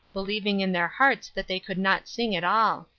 believing in their hearts that they could not sing at all.